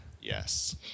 yes